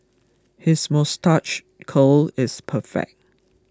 his moustache curl is perfect